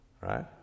Right